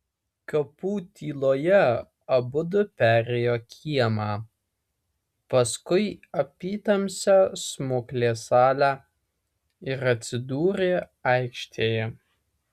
kapų tyloje abudu perėjo kiemą paskui apytamsę smuklės salę ir atsidūrė aikštėje